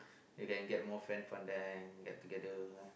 you can get more friends from that dine together